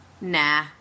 Nah